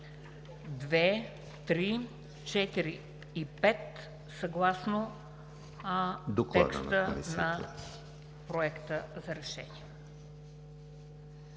2, 3, 4 и 5 съгласно текста на Проекта за решение.